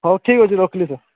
ହଉ ଠିକ ଅଛି ରଖିଲି